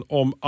om